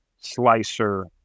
slicer